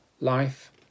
life